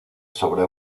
sobre